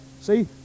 See